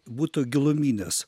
būtų giluminės